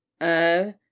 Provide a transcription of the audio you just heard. Oh